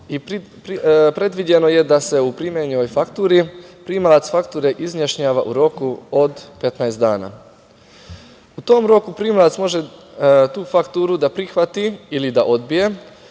i predviđeno je da se u primljenoj fakturu primalac fakture izjašnjava u roku od 15 dana. U tom roku primalac može tu fakturu da prihvati ili da odbije,